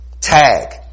Tag